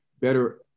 better